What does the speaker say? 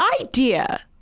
idea